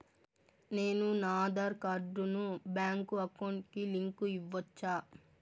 నేను నా ఆధార్ కార్డును బ్యాంకు అకౌంట్ కి లింకు ఇవ్వొచ్చా?